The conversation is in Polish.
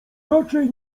raczej